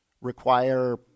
require